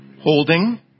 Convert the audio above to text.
holding